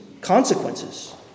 consequences